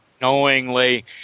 knowingly